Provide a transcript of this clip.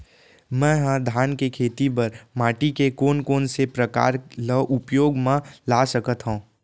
मै ह धान के खेती बर माटी के कोन कोन से प्रकार ला उपयोग मा ला सकत हव?